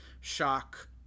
shock